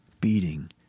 beating